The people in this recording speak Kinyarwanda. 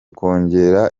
kongera